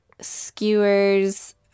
skewers